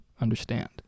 understand